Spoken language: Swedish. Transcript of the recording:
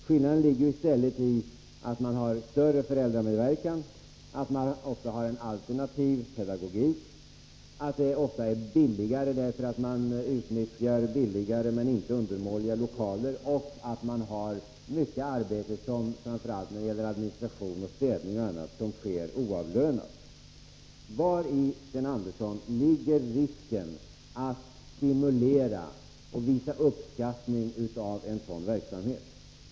Skillnaden ligger i stället i att man i de enskilda daghemmen har större föräldramedverkan, ofta har en alternativ pedagogik, att de ofta är mindre kostnadskrävande, därför att man utnyttjar billigare men inte undermåliga lokaler, och att mycket arbete, framför allt när det gäller administration och städning osv., sker oavlönat. Vari, Sten Andersson, ligger risken att stimulera och visa uppskattning av en sådan verksamhet?